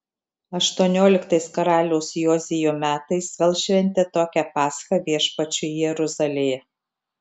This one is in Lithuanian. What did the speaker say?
aštuonioliktais karaliaus jozijo metais vėl šventė tokią paschą viešpačiui jeruzalėje